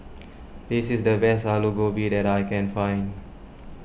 this is the best Aloo Gobi that I can find